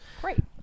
Great